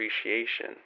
appreciation